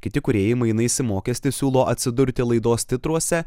kiti kūrėjai mainais į mokestį siūlo atsidurti laidos titruose